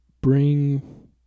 bring